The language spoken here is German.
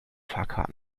fahrkarten